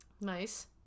Nice